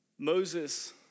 Moses